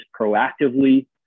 proactively